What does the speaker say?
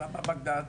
למה רק בגדד?